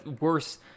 worse